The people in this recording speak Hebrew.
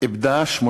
איבדה 18